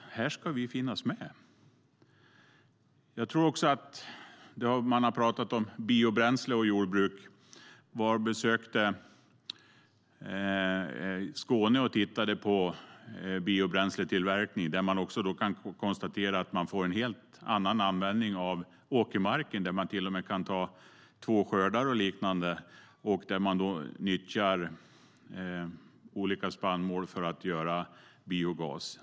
Här ska vi finnas med. Det har talats här om biobränsle och jordbruk. Jag besökte Skåne och tittade på biobränsletillverkning. Man kan konstatera att det blir en helt annan användning av åkermarken. Det blir möjligt att ta ut två skördar, och olika spannmål nyttjas för att tillverka biogas.